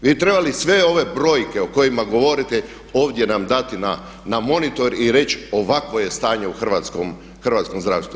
Vi bi trebali sve ove brojke o kojima govorite ovdje nam dati na monitor i reći ovakvo je stanje u hrvatskom zdravstvu.